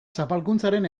zapalkuntzaren